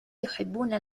يحبون